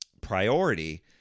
priority